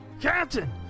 Captain